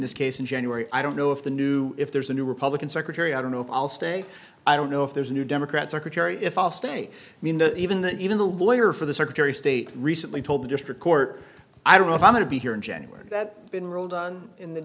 this case in january i don't know if the new if there's a new republican secretary i don't know if i'll stay i don't know if there's a new democrat secretary if i'll stay i mean even though even the lawyer for the secretary of state recently told the district court i don't know if i'm going to be here in january that been ruled on in the